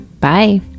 Bye